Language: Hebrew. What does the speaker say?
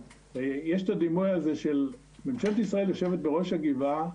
יש את הדימוי הזה של ממשלת ישראל יושבת בראש הגבעה,